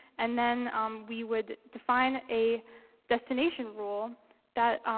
and then we would define a destination rule that,